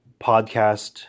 podcast